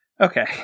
Okay